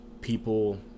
people